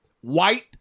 white